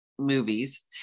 movies